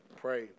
pray